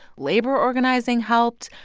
labor organizing helped.